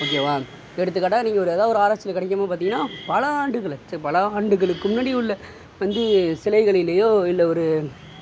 ஓகேவா எடுத்துக்காட்டா நீங்கள் ஒரு ஏதாவது ஒரு ஆராய்ச்சியில் கிடைக்குமானு பார்த்திங்கன்னா பல ஆண்டுகளு பல ஆண்டுகளுக்கு முன்னாடி உள்ள வந்து சிலைகளிலயோ இல்லை ஒரு